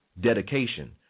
dedication